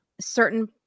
certain